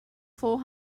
four